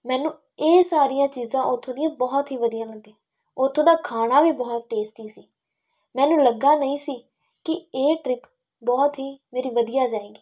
ਮੈਨੂੰ ਇਹ ਸਾਰੀਆਂ ਚੀਜ਼ਾਂ ਉੱਥੋਂ ਦੀਆਂ ਬਹੁਤ ਹੀ ਵਧੀਆ ਲੱਗੀਆਂ ਉੱਥੋਂ ਦਾ ਖਾਣਾ ਵੀ ਬਹੁਤ ਟੇਸਟੀ ਸੀ ਮੈਨੂੰ ਲੱਗਾ ਨਹੀਂ ਸੀ ਕਿ ਇਹ ਟਰਿੱਪ ਬਹੁਤ ਹੀ ਮੇਰੀ ਵਧੀਆ ਜਾਵੇਗੀ